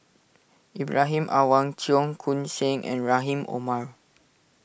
Ibrahim Awang Cheong Koon Seng and Rahim Omar